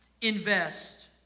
invest